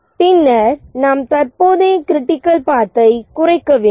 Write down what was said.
பின்னர் நாம் தற்போதைய கிரிட்டிக்கல் பாத்தை குறைக்க வேண்டும்